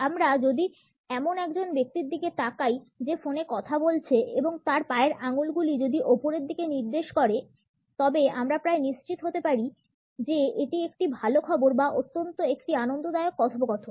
আমরা যদি এমন একজন ব্যক্তির দিকে তাকাই যে ফোনে কথা বলছে এবং তারপরে পায়ের আঙ্গুলগুলি যদি উপরের দিকে নির্দেশ করে তবে আমরা প্রায় নিশ্চিত হতে পারি যে এটি একটি ভাল খবর বা অন্তত একটি আনন্দদায়ক কথোপকথন